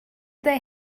they